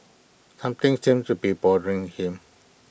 something seems to be bothering him